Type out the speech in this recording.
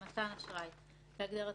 מקבל